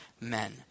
men